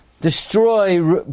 destroy